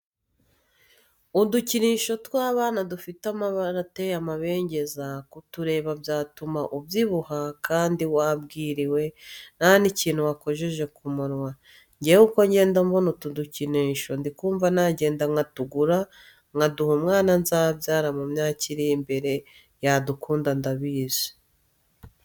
Udukinisho tw'abana dufite amabara ateye amabengeza, kutureba byatuma ubyibuha kandi wabwiriwe nta nikintu wakojeje mu kanwa. Njyewe uko ngenda mbona utu dukinisho ndi kumva nagenda nkatugura nkaduha umwana nzabyara mu myaka iri imbere yadukunda ndabizi.